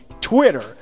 Twitter